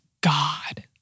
God